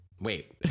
Wait